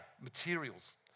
materials